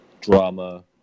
drama